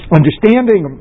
understanding